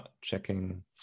checking